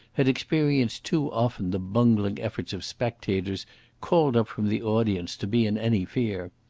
had experienced too often the bungling efforts of spectators called up from the audience, to be in any fear.